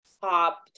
top